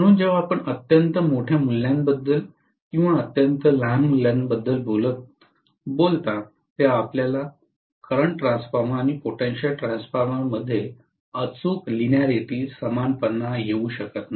म्हणून जेव्हा आपण अत्यंत मोठ्या मूल्यांबद्दल किंवा अत्यंत लहान मूल्यांबद्दल बोलता तेव्हा आपल्याला करंट ट्रान्सफॉर्मर्स आणि पोटेंशियल ट्रान्सफॉर्मर मध्ये अचूक लिनिअरिटी समानपणा येऊ शकत नाही